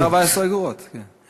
זה 14 אגורות, כן.